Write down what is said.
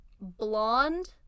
Blonde